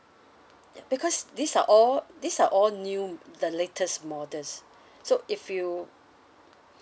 ya because these are all these are all new the latest models so if you